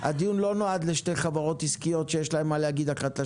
הדיון לא נועד לשתי חברות עסקיות שיש להן מה להגיד האחת לשנייה.